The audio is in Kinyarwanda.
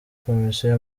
komisiyo